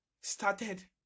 Started